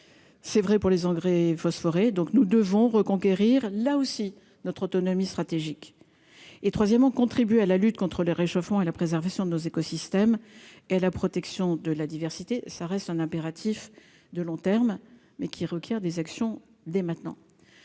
c'est vrai pour les engrais phosphorer, donc nous devons reconquérir là aussi notre autonomie stratégique et troisièmement, contribue à la lutte contre le réchauffement et la préservation de nos écosystèmes et la protection de la diversité, ça reste un impératif de long terme mais qui requiert des actions dès maintenant